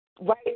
right